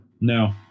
No